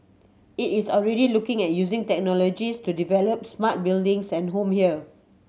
it is already looking at using technologies to developing smart buildings and home here